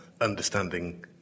understanding